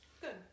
Good